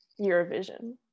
eurovision